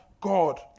god